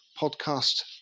podcast